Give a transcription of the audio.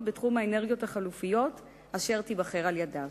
בתחום האנרגיות החלופיות אשר תיבחר על-ידיו.